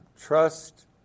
Trust